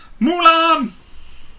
Mulan